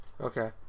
Okay